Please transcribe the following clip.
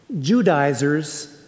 Judaizers